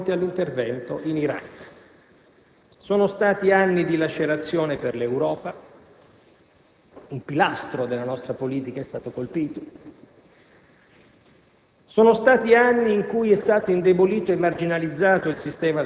con le divisioni internazionali, in particolare, di fronte all'intervento in Iraq. Sono stati anni di lacerazione per l'Europa; un pilastro della nostra politica è stato colpito.